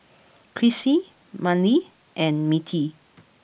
Crissy Mannie and Mettie